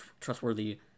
trustworthy